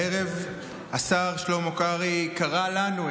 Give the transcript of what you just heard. הערב השר שלמה קרעי קרא לנו,